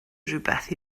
rhywbeth